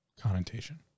connotation